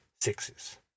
sixes